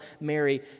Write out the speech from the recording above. Mary